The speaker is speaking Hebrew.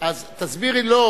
אז תסבירי לו,